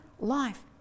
life